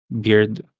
beard